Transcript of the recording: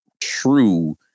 true